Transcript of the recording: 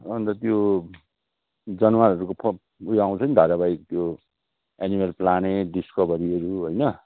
अन्त त्यो जनावरहरूको फ उयो आउँछ नि धारावाहिक त्यो एनिमल प्लानेट डिस्कभरीहरू होइन